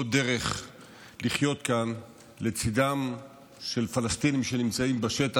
דרך לחיות כאן לצידם של פלסטינים שנמצאים בשטח.